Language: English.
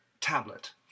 tablet